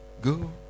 Go